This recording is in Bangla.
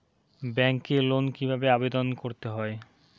ব্যাংকে লোন কিভাবে আবেদন করতে হয়?